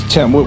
Tim